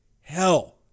hell